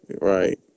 Right